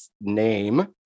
name